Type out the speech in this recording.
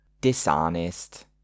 dishonest